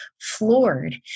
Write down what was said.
floored